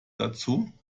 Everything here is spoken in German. dazu